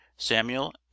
samuel